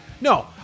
no